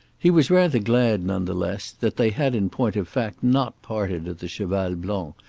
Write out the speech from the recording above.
he was rather glad, none the less, that they had in point of fact not parted at the cheval blanc,